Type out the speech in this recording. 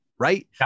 right